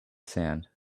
sand